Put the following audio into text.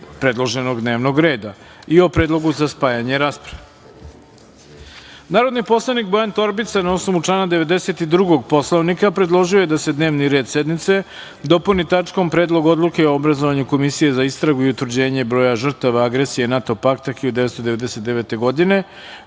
predloženog dnevnog reda i o predlogu za spajanje rasprave. Narodni poslanik Bojan Torbica, na osnovu člana 92. Poslovnika, predložio je da se dnevni red sednice dopuni tačkom - Predlog odluke o obrazovanju komisije za istragu i utvrđenje broja žrtava agresije NATO pakta 1999. godine,